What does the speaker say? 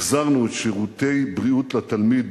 החזרנו את שירותי בריאות לתלמיד